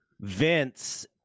Vince